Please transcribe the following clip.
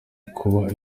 kuba